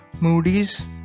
Moody's